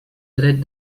dret